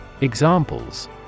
Examples